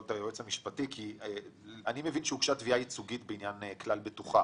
אני מבין שהוגשה תביעה ייצוגית בעניין כלל בטוחה